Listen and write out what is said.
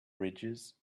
ridges